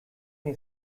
may